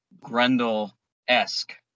Grendel-esque